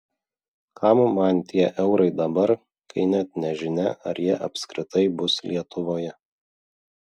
kam man tie eurai dabar kai net nežinia ar jie apskritai bus lietuvoje